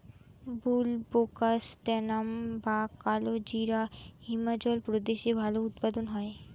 বুলবোকাস্ট্যানাম বা কালোজিরা হিমাচল প্রদেশে ভালো উৎপাদন হয়